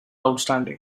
outstanding